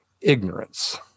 ignorance